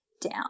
down